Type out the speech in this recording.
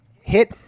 Hit